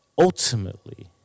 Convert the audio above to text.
ultimately